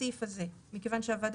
סעיף 3ב